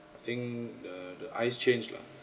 I think the the eyes change lah